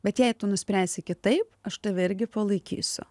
bet jei tu nuspręsi kitaip aš tave irgi palaikysiu